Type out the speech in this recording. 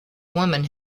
woman